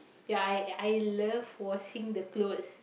ya I I love washing the clothes